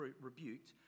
rebuked